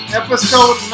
episode